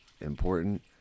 important